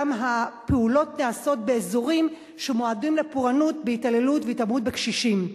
גם הפעולות נעשות באזורים שמועדים לפורענות בהתעללות והתעמרות בקשישים.